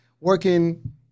working